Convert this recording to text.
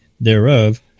thereof